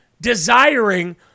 desiring